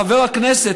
חבר הכנסת,